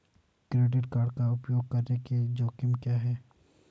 Credit card का उपयोग करने के जोखिम क्या हैं?